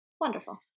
wonderful